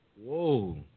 Whoa